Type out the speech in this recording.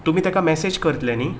तुमी तेका मेसेज करतले न्ही